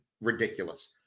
ridiculous